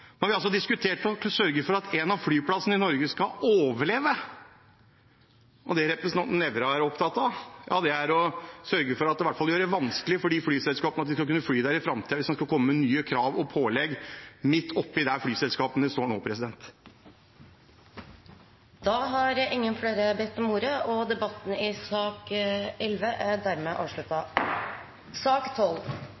diskutert å sørge for at en av flyplassene i Norge skal overleve, og det representanten Nævra er opptatt av, er å sørge for at en i hvert fall gjør det vanskelig for flyselskapene å fly der i framtiden – hvis en skal komme med nye krav og pålegg midt oppi det selskapene står i nå. Flere har ikke bedt om ordet til sak nr. 11. Etter ønske fra energi- og miljøkomiteen vil presidenten ordne debatten